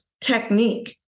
technique